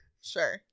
Sure